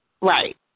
Right